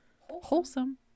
wholesome